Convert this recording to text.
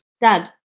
Dad